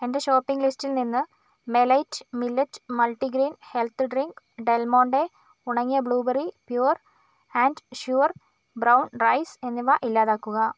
എന്റെ ഷോപ്പിംഗ് ലിസ്റ്റിൽ നിന്ന് മെലൈറ്റ് millet multigrain health drink Del Monte ഉണങ്ങിയ blueberry pure and sure brown rice എന്നിവ ഇല്ലാതാക്കുക